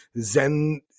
Zen